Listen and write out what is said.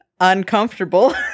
uncomfortable